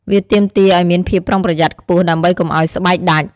វាទាមទារអោយមានភាពប្រុងប្រយ័ត្នខ្ពស់ ដើម្បីកុំឱ្យស្បែកដាច់។